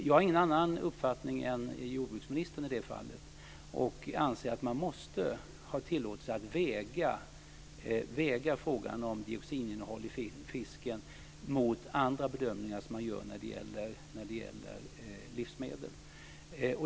Jag har ingen annan uppfattning än jordbruksministern i det fallet och anser att man måste ha tillåtelse att väga frågan om dioxininnehåll i fisken mot andra bedömningar som man gör när det gäller livsmedel.